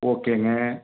ஓகேங்க